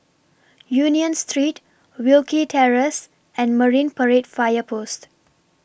Union Street Wilkie Terrace and Marine Parade Fire Post